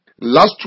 Last